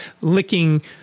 licking